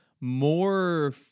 more